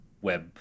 web